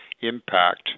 impact